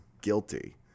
guilty